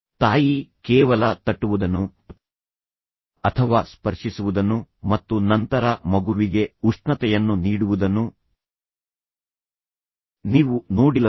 ತಾಯಿ ಕೇವಲ ತಟ್ಟುವುದನ್ನು ಅಥವಾ ಸ್ಪರ್ಶಿಸುವುದನ್ನು ಮತ್ತು ನಂತರ ಮಗುವಿಗೆ ಉಷ್ಣತೆಯನ್ನು ನೀಡುವುದನ್ನು ನೀವು ನೋಡಿಲ್ಲವೇ